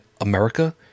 America